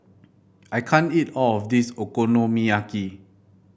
I can't eat all of this Okonomiyaki